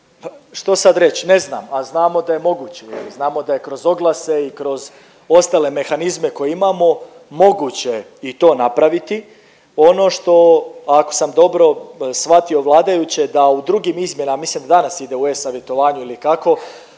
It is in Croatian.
što sad reći, ne znam, a znamo da je moguće jer znamo da je kroz oglase i kroz ostale mehanizme koje imamo moguće i to napraviti. Ono što, ako sam dobro shvatio vladajuće da u drugim izmjenama, mislim danas ide u e-savjetovanju ili kako,